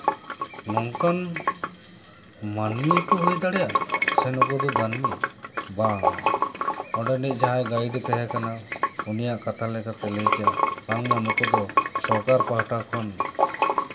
ᱱᱚᱝᱠᱟᱱ ᱢᱟᱹᱱᱢᱤ ᱦᱚᱸ ᱠᱚ ᱦᱩᱭ ᱫᱟᱲᱮᱭᱟᱜᱼᱟ ᱥᱮ ᱱᱩᱠᱩ ᱫᱚ ᱫᱟᱹᱱᱢᱤ ᱵᱟᱝ ᱚᱸᱰᱮᱱᱤᱡ ᱡᱟᱦᱟᱸᱭ ᱜᱟᱭᱤᱰᱮ ᱛᱟᱦᱮᱸ ᱠᱟᱱᱟ ᱩᱱᱤᱭᱟᱜ ᱠᱟᱛᱷᱟ ᱞᱮᱠᱟᱛᱮ ᱞᱟᱹᱭ ᱠᱮᱫᱟᱭ ᱵᱟᱝ ᱢᱟ ᱱᱩᱠᱩ ᱫᱚ ᱥᱚᱨᱠᱟᱨ ᱯᱟᱦᱴᱟ ᱠᱷᱚᱱ